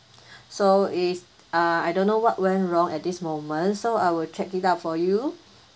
so is uh I don't know what went wrong at this moment so I will check it out for you